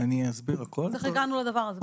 אז איך הגענו לדבר הזה?